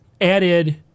added